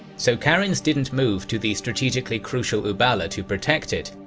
so karinz didn't move to the strategically crucial uballa to protect it,